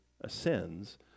ascends